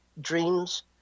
dreams